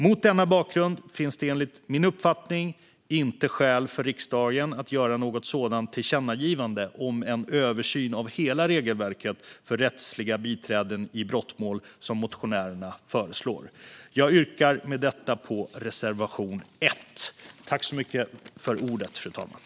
Mot denna bakgrund finns det enligt min uppfattning inte skäl för riksdagen att göra något sådant tillkännagivande om en översyn av hela regelverket för rättsliga biträden i brottmål som motionärerna föreslår. Jag yrkar med detta bifall till reservation l.